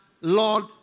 Lord